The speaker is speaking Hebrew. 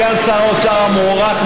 תודה לחבר הכנסת טלב אבו עראר.